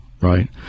right